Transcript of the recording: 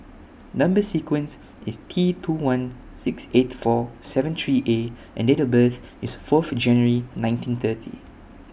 Number sequence IS T two one six eight four seven three A and Date of birth IS Fourth January nineteen thirty